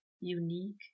unique